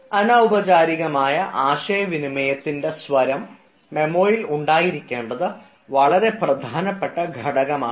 കൂടാതെ അനൌപചാരികമായ ആശയവിനിമയത്തിൻറെ സ്വരം മെമ്മോയിൽ ഉണ്ടായിരിക്കേണ്ടത് വളരെ പ്രധാനപ്പെട്ട ഘടകമാണ്